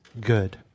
good